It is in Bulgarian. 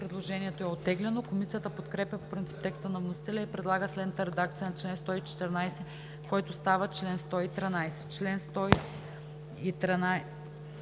Предложението е оттеглено. Комисията подкрепя по принцип текста на вносителя и предлага следната редакция на чл. 114, който става чл. 113: